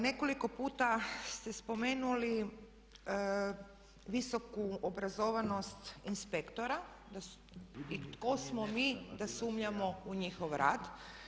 Nekoliko puta ste spomenuli visoku obrazovanost inspektora i tko smo mi da sumnjamo u njihov rad.